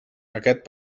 aquest